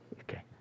Okay